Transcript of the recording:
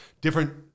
different